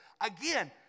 Again